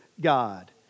God